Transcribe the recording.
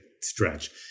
stretch